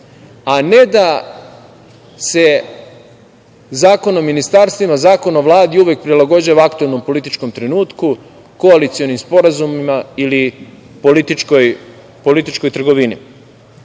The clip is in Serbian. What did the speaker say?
a ne da se Zakon o ministarstvima, Zakon o Vladi uvek prilagođavaju aktuelnom političkom trenutku, koalicionim sporazumima ili političkoj trgovini. Na